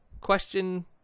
question